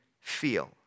feel